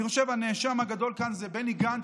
אני חושב שהנאשם הגדול כאן זה בני גנץ,